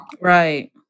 Right